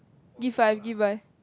give five give my